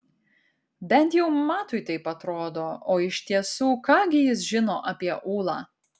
bent jau matui taip atrodo o iš tiesų ką gi jis žino apie ūlą